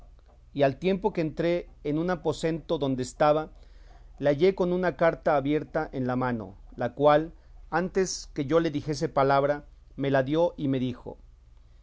y al tiempo que entré en un aposento donde estaba le hallé con una carta abierta en la mano la cual antes que yo le dijese palabra me la dio y me dijo